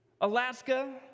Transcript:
Alaska